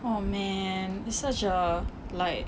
oh man it's such a like